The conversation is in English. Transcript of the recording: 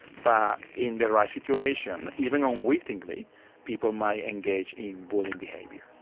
but in the right situation, even unwittingly people might engage in bullying behaviour.